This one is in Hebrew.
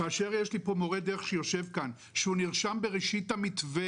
כאשר יש לי פה מורה דרך שיושב כאן שהוא נרשם בראשית המתווה